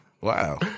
Wow